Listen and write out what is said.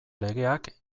legeak